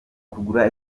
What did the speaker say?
kugura